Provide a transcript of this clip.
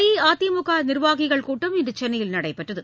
அஇஅதிமுக நிர்வாகிகள் கூட்டம் இன்று சென்னையில் நடைபெற்றது